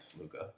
Luka